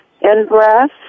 in-breath